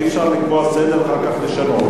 אי-אפשר לקבוע סדר ואחר כך לשנות.